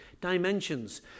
dimensions